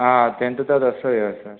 ఆ ఫ్రెండ్తో రఫ్ అయ్యారు సార్